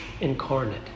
incarnate